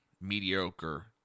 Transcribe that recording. mediocre